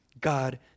God